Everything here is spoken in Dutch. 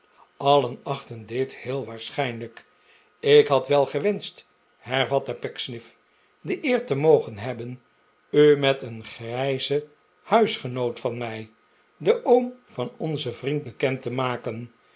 allen achtten dit heel waarschijnlijk ik had wel gewenscht hervatte pecksniff de eer te mogen hebben u met een grijzen huisgenoot van mij den oom van onzen vriend bekend te maken